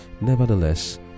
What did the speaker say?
Nevertheless